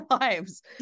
lives